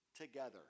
together